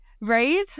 Right